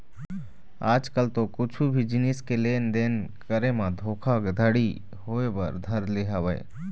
आज कल तो कुछु भी जिनिस के लेन देन करे म धोखा घड़ी होय बर धर ले हवय